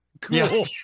Cool